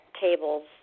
tables